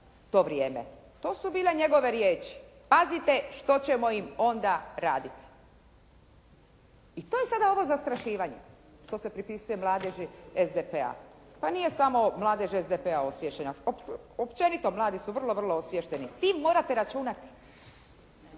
To su bile njegove riječi, "pazite što ćemo im onda raditi.". I to je sada ovo zastrašivanje, to se pripisuje mladeži SDP-a, pa nije samo mladež SDP-a osviještena, općenito mladi su vrlo, vrlo osviješteni, s time morate računati.